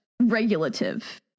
regulative